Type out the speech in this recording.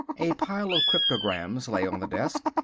a pile of cryptograms lay on the desk.